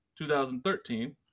2013